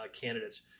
candidates